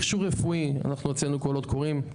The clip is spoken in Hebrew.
מכשור רפואי, אנחנו הוצאנו קולות קוראים,